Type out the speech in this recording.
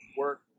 work